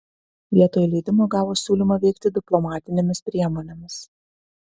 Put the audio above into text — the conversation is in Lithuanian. vietoj leidimo gavo siūlymą veikti diplomatinėmis priemonėmis